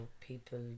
people